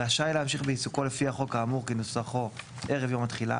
רשאי להמשיך בעיסוקו לפי החוק האמור כנוסחו ערב יום התחילה,